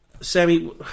Sammy